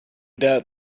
doubt